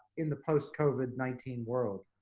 in the post covid nineteen world.